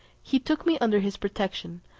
he took me under his protection,